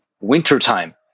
wintertime